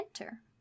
enter